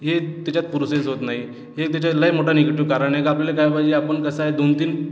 हे त्याच्यात प्रोसेस होत नाही हे त्याच्या लय मोठा निगेटिव कारण आहे का आपल्याला काय पाहिजे आहे आपण कसं आहे दोन तीन